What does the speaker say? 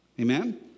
Amen